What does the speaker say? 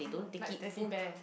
like Teddy Bear